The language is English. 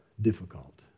difficult